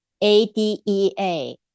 A-D-E-A